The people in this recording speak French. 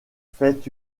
fait